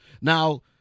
Now